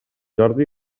jordi